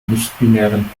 nichtbinären